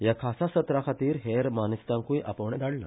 ह्या खासा सत्रां खातीर हेर मानेस्तांकूय आपोवणें धाडला